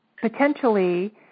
potentially